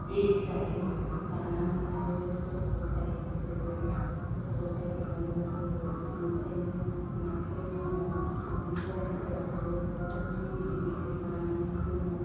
जायो जानानै आरो गथ' गथायफोरखौबो गथ' गथायफोरनोबो होयो बिनिखायनो नाखौ जोङो दुब्लिबारिफोरावबो फुख्रि गिदिर गिदिर लानानै जोङो